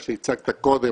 מה שהצגת קודם,